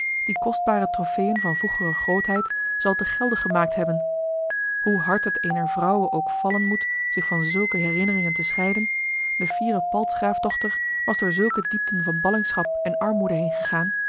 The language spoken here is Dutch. die kostbare trofeën van vroegere grootheid zal te gelde gemaakt hebben hoe hard het eener vrouwe ook vallen moet zich van zulke herinneringen te scheiden de fiere paltsgraafdochter was door zulke diepten van ballingschap en armoede heengegaan